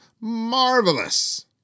marvelous